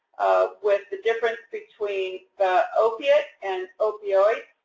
with the difference between the opiates and opioids,